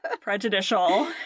prejudicial